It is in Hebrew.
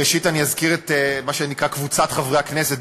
ראשית אני אזכיר את מה שנקרא "קבוצת חברי הכנסת",